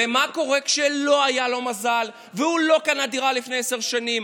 ומה קורה למי שלא היה לו מזל והוא לא קנה דירה לפני עשר שנים?